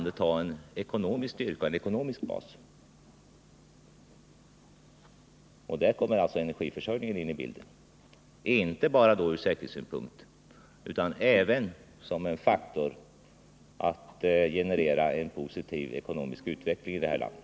Där kommer alltså frågan om energiförsörjningen in i bilden, då inte bara ur säkerhetssynpunkt utan även som en faktor när det gäller att generera en positiv ekonomisk utveckling i det här landet.